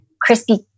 crispy